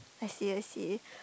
I see I see